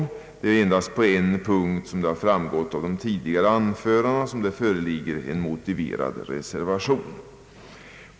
Det är endast på en punkt — som framgår av tidigare anföranden — där det föreligger en motiverad reservation.